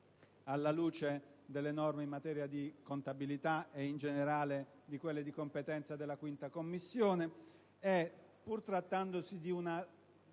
alla luce delle norme in materia di contabilità e in generale di quelle di competenza della 5a Commissione. Pur trattandosi di una